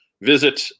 visit